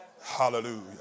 hallelujah